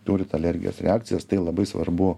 turit alergijos reakcijas tai labai svarbu